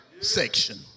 section